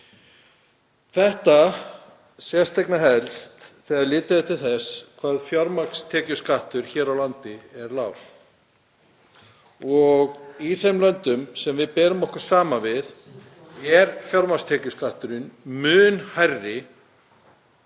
Þetta sést einna helst þegar litið er til þess hvað fjármagnstekjuskattur hér á landi er lágur. Í þeim löndum sem við berum okkur saman við er fjármagnstekjuskatturinn mun hærri